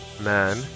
man